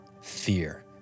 fear